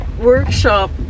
workshop